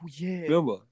Remember